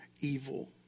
evil